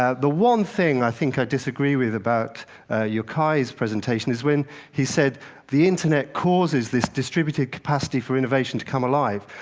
ah the one thing i think i disagree with about yochai's presentation is when he said the internet causes this distributive capacity for innovation to come alive.